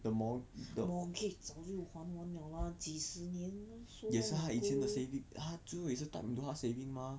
mortgage 早就还完了 lah 几十年 so long ago